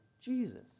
Jesus